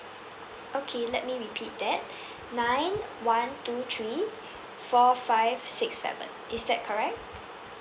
okay let me repeat that nine one two three four five six seven is that correct